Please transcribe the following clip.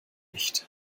nicht